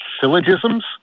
syllogisms